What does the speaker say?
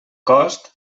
cost